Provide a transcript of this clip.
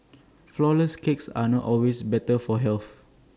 Flourless Cakes are not always better for health